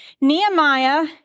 Nehemiah